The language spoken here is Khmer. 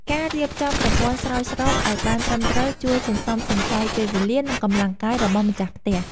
ការរៀបចំប្រព័ន្ធស្រោចស្រពឱ្យបានត្រឹមត្រូវជួយសន្សំសំចៃពេលវេលា និងកម្លាំងកាយរបស់ម្ចាស់ផ្ទះ។